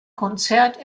konzert